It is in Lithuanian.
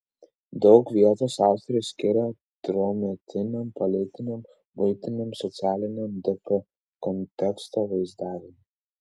daug vietos autorius skiria tuometiniam politiniam buitiniam socialiniam dp konteksto vaizdavimui